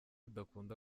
udakunda